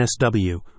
NSW